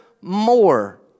more